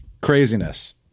craziness